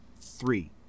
three